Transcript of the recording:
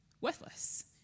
worthless